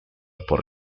por